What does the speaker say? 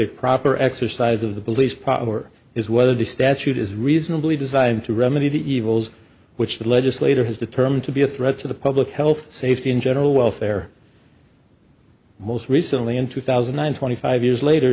a proper exercise of the police power is whether the statute is reasonably designed to remedy the evils which the legislator has determined to be a threat to the public health safety in general welfare most recently in two thousand and nine twenty five years later